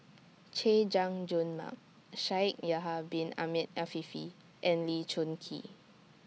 Chay Jung Jun Mark Shaikh Yahya Bin Ahmed Afifi and Lee Choon Kee